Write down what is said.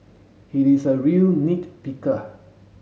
he is a real nit picker